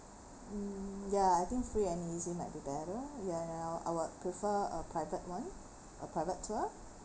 mm ya I think free and easy might be better ya and I would I would prefer a private [one] a private tour